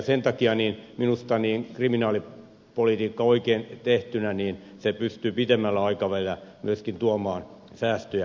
sen takia minusta kriminaalipolitiikka oikein tehtynä pystyy pitemmällä aikavälillä myöskin tuomaan säästöjä